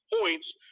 points